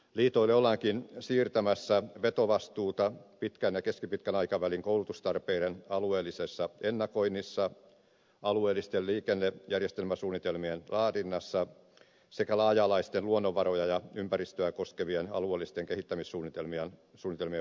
liitoille ollaankin siirtämässä vetovastuuta pitkän ja keskipitkän aikavälin koulutustarpeiden alueellisessa ennakoinnissa alueellisten liikennejärjestelmäsuunnitelmien laadinnassa sekä laaja alaisten luonnonvaroja ja ympäristöä koskevien alueellisten kehittämissuunnitelmien valmistelussa